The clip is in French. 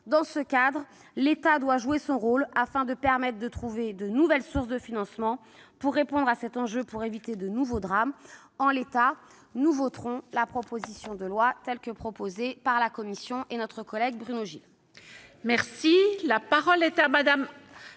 Dans ce cadre-là, l'État doit jouer son rôle afin de permettre de trouver de nouvelles sources de financement pour répondre à cet enjeu et éviter de nouveaux drames. En l'état, nous voterons cette proposition de loi de notre collègue Bruno Gilles